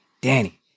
Danny